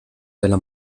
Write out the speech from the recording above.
della